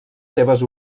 seves